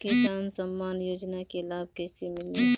किसान सम्मान योजना के लाभ कैसे मिली?